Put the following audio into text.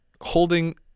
holding